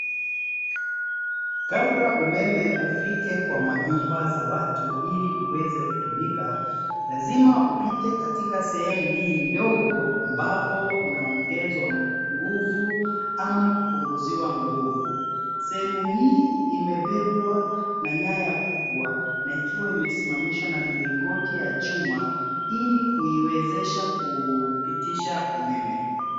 Kabla umeme ufike kwa manyumba za watu ili uweze kutumika lazima upite katika sehemu hii ndogo ambapo unaongezwa nguvu ama kupunguziwa nguvu, sehemu hii imebebwa na nyaya kubwa na ikiwa imesimamishwa na milingoti ya chuma ili kuiwezesha kupitisha umeme.